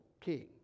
king